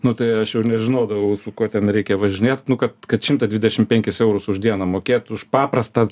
nu tai aš jau nežinodavau su kuo ten reikia važinėt nu kad kad šimtą dvidešim penkis eurus už dieną mokėt už paprastą